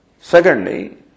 Secondly